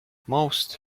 most